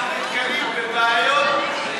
אנחנו נתקלים בבעיות.